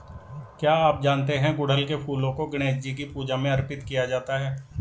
क्या आप जानते है गुड़हल के फूलों को गणेशजी की पूजा में अर्पित किया जाता है?